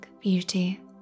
beauty